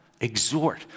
exhort